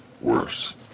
worse